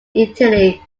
italy